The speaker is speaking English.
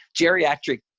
geriatric